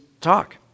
talk